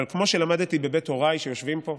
אבל כמו שלמדתי בבית הוריי, שיושבים פה,